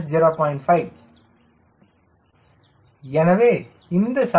15 எனவே இந்த சாய்வு 0